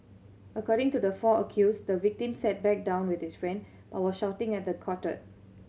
according to the four accused the victim sat back down with his friend but was shouting at the quartet